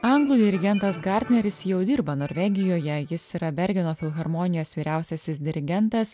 anglų dirigentas gardneris jau dirba norvegijoje jis yra bergeno filharmonijos vyriausiasis dirigentas